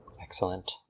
Excellent